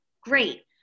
Great